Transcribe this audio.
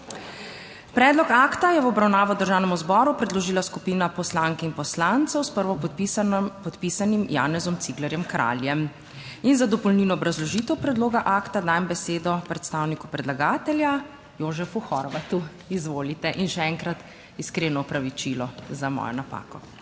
Predlog akta je v obravnavo Državnemu zboru predložila skupina poslank in poslancev s prvopodpisanim podpisanim Janezom Ciglerjem Kraljem. In za dopolnilno obrazložitev predloga akta dajem besedo predstavniku predlagatelja, Jožefu Horvatu, izvolite. In še enkrat iskreno opravičilo za mojo napako.